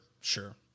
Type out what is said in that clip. Sure